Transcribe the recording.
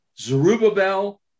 Zerubbabel